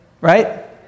Right